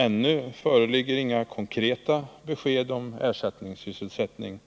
Ännu föreligger inga konkreta besked om ersättningssysselsättning.